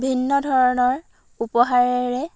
ভিন্ন ধৰণৰ উপহাৰেৰে